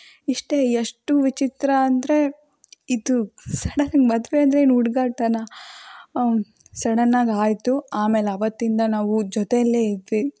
ಇಷ್ಟೇ ಎಷ್ಟು ವಿಚಿತ್ರ ಅಂದರೆ ಇದು ಸಡನಾಗಿ ಮದುವೆ ಅಂದರೆ ಏನು ಹುಡ್ಗಾಟನ ಸಡನ್ನಾಗಿ ಆಯಿತು ಆಮೇಲೆ ಆವತ್ತಿಂದ ನಾವು ಜೊತೆಯಲ್ಲೇ ಇದ್ವಿ